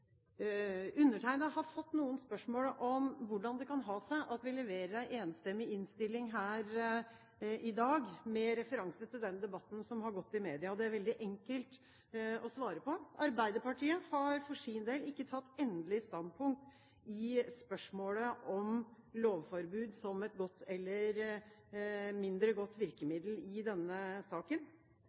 har fått noen spørsmål om hvordan det kan ha seg at vi – unntatt Fremskrittspartiet – leverer en enstemmig innstilling her i dag, med referanse til den debatten som har gått i media. Det er veldig enkelt å svare på. Arbeiderpartiet har for sin del ikke tatt endelig standpunkt i spørsmålet om lovforbud som et godt eller mindre godt virkemiddel i denne saken.